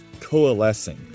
coalescing